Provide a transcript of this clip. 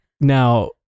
Now